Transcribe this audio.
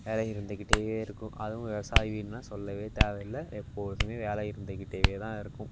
வேலை இருந்துகிட்டே இருக்கும் அதுவும் விவசாயி வீடுன்னால் சொல்லவே தேவையில்லை எப்பொழுதுமே வேலை இருந்துகிட்டேவே தான் இருக்கும்